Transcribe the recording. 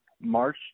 March